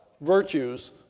virtues